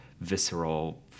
visceral